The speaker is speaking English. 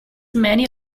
many